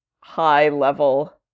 high-level